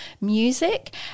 music